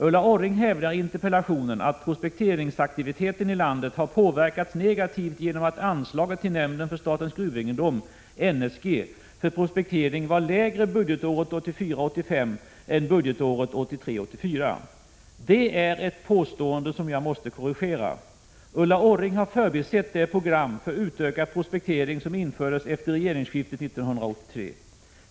Ulla Orring hävdar i interpellationen att prospekteringsaktiviteten i landet har påverkats negativt genom att anslaget till nämnden för statens gruvegendom för prospektering var lägre budgetåret 1984 84. Det är ett påstående som jag måste korrigera. Ulla Orring har förbisett det program för utökad prospektering som infördes efter regeringsskiftet år 1983.